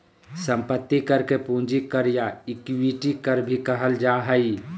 संपत्ति कर के पूंजी कर या इक्विटी कर भी कहल जा हइ